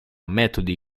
metodi